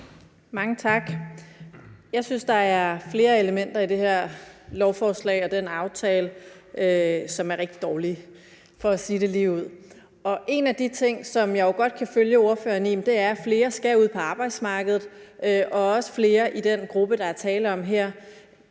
Mange tak. Jeg synes, der er flere elementer i det her lovforslag og den aftale, som er rigtig dårlige, for at sige det ligeud. En af de ting, som jeg jo godt kan følge ordføreren i, er, at flere skal ud på arbejdsmarkedet og også flere i den gruppe, der er tale om her.